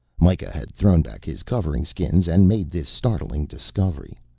mikah had thrown back his covering skins and made this startling discovery.